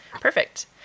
Perfect